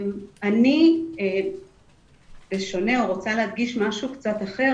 אני בשונה או רוצה להדגיש משהו קצת אחר,